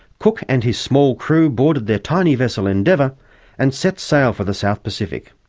cook and his small crew boarded their tiny vessel endeavour and set sail for the south pacific.